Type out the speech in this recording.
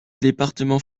département